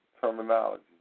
terminology